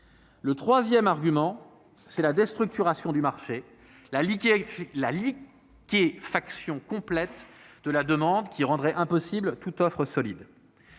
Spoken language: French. Le troisième argument porte sur la déstructuration du marché et la liquéfaction complète de la demande, qui rendraient toute offre solide